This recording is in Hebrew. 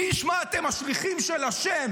מי שישמע אתם השליחים של ה',